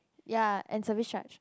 ya and service charge